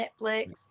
Netflix